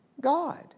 God